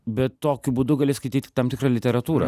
bet tokiu būdu gali skaityt tik tam tikrą literatūrą